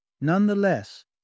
Nonetheless